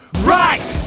right!